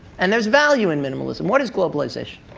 and there's value in minimalism. what is globalization?